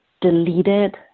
deleted